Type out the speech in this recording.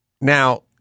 now